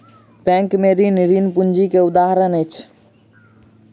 bank से ऋण, ऋण पूंजी के उदाहरण अछि